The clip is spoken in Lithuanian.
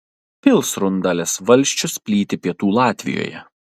pilsrundalės valsčius plyti pietų latvijoje